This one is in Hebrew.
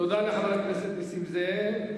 תודה לחבר הכנסת נסים זאב.